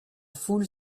foule